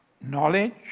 knowledge